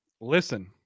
listen